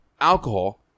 alcohol